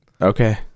okay